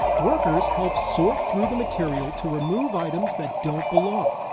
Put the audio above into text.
workers help sort through the material to remove items that don't belong.